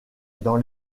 dans